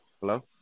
Hello